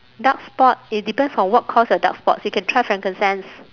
dark spot it depends on what cause your dark spots you can try frankincense